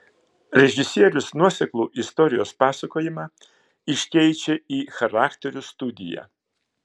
režisierius nuoseklų istorijos pasakojimą iškeičia į charakterių studiją